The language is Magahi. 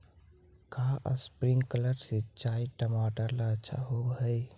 का स्प्रिंकलर सिंचाई टमाटर ला अच्छा होव हई?